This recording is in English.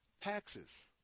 Taxes